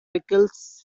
pickles